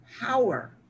power